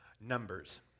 numbers